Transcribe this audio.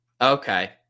Okay